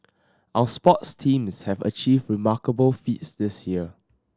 our sports teams have achieved remarkable feats this year